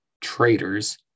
traitors